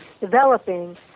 developing